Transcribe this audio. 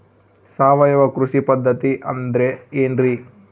ಸಾವಯವ ಕೃಷಿ ಪದ್ಧತಿ ಅಂದ್ರೆ ಏನ್ರಿ?